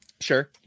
Sure